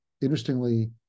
interestingly